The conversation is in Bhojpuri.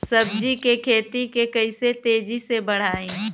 सब्जी के खेती के कइसे तेजी से बढ़ाई?